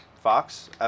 Fox